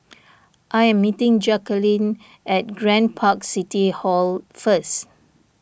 I am meeting Jacalyn at Grand Park City Hall first